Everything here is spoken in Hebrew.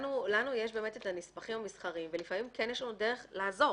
לנו יש באמת את הנספחים המסחריים ולפעמים כן יש לנו דרך לעזור.